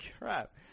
crap